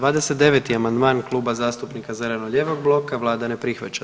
29. amandman Kluba zastupnika zeleno-lijevog bloka, Vlada ne prihvaća.